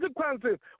consequences